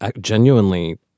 genuinely